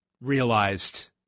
realized